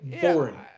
boring